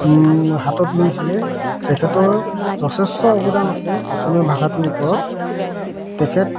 হাতত লৈছিলে তেখেতৰ যথেষ্ট অৱদান আছে অসমীয়া ভাষাটোৰ ওপৰত তেখেত